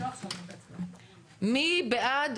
מי בעד